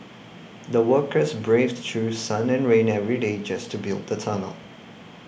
the workers braved through sun and rain every day just to build the tunnel